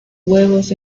huevos